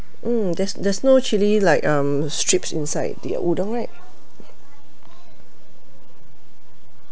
mm there's there's no chili like um strips inside the udang right